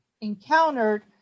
encountered